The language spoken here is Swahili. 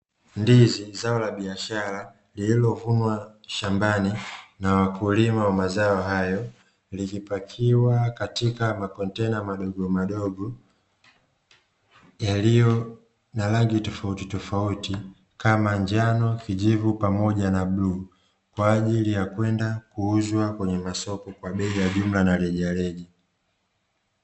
Ndizi zao la biashara lililovunwa shambani na wakulima wa mazao hayo likipakiwa katika makontena madogomadogo yaliyo na rangi tofautitofauti kama njano, kijivu na bluu na kwenda kuuza kwenye masoko kwa bei ya jumla na rejareja.